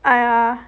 !aiya!